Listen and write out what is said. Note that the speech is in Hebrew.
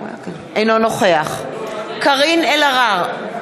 אינו נוכח קארין אלהרר,